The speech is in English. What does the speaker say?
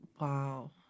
Wow